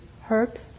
hurt